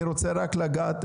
אני רוצה רק לגעת,